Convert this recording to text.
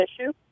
issue